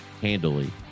handily